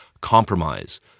compromise